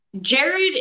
Jared